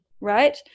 right